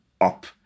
up